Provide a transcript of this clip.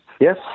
Yes